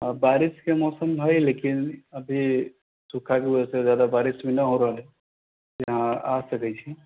बारिस के मौसम हइ लेकिन अभी एकाध रोज से जादा बारिस नहि न हो रहल हय आ सकै छी